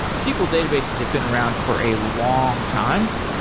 sql databases have been around for a long time.